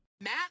Matt